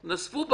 נזפו בכם,